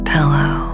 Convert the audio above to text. pillow